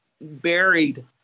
buried